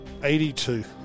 82